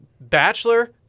Bachelor